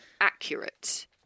accurate